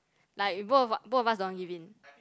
like we both of both of us don't want give in